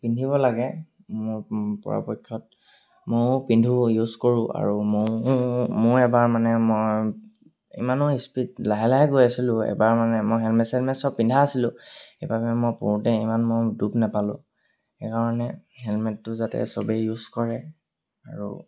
পিন্ধিব লাগে মোৰ পৰাপক্ষত ময়ো পিন্ধো ইউজ কৰোঁ আৰু ময়ো ময়ো এবাৰ মানে মই ইমানো স্পীড লাহে লাহে গৈ আছিলোঁ এবাৰ মানে মই হেলমেট চেলমেট চব পিন্ধা আছিলোঁ সেইবাবে মই পৰোঁতে ইমান মই দুখ নাপালোঁ সেইকাৰণে হেলমেটটো যাতে চবেই ইউজ কৰে আৰু